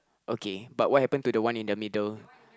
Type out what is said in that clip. okay but what happen to the one in the middle